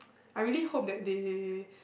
I really hope that they